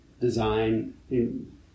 design